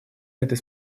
этой